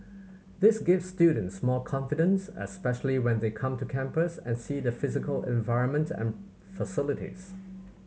this gives students more confidence especially when they come to campus and see the physical environment and facilities